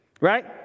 right